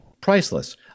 priceless